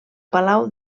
palau